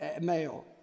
male